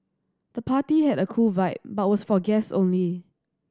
the party had a cool vibe but was for guests only